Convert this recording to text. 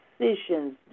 decisions